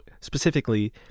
specifically